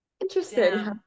Interesting